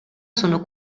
sono